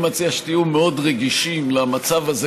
אני מציע שתהיו מאוד רגישים למצב הזה,